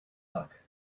luck